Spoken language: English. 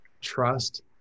Trust